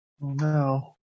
no